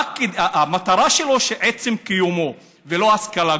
המטרה שלו היא עצם קיומו ולא השכלה גבוהה.